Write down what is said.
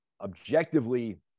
Objectively